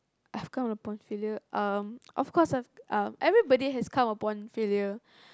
I've come upon failure um of course I've um everybody has come upon failure